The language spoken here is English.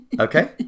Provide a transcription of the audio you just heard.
Okay